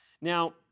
Now